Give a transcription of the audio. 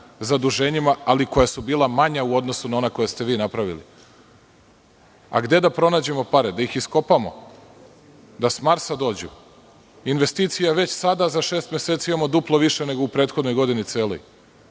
koja su bila manja u odnosu na ona koja ste vi napravili. Gde da pronađemo pare? Da ih iskopamo, da s Marsa dođu? Investicija već sada, za šest meseci, imamo duplo više nego u celoj prethodnoj godini,